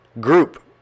group